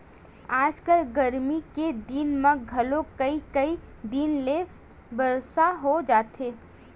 आजकल गरमी के दिन म घलोक कइ कई दिन ले बरसा हो जाथे